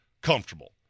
comfortable